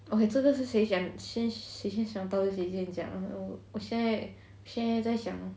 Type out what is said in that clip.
okay 这个是谁讲谁谁先想到谁先讲我现在在想